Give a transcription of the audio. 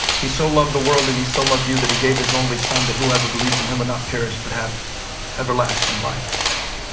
he so loved the world and he so loved you that he gave his only son, that whoever believes in him would not perish but have everlasting life.